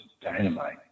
dynamite